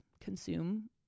consume